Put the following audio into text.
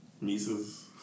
Mises